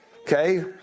Okay